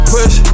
Push